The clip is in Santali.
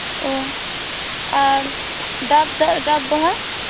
ᱚ ᱟᱨ ᱰᱟᱵ ᱫᱟᱨᱮ ᱰᱟᱵ ᱵᱟᱦᱟ